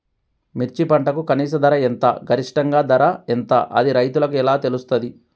మిర్చి పంటకు కనీస ధర ఎంత గరిష్టంగా ధర ఎంత అది రైతులకు ఎలా తెలుస్తది?